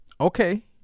Okay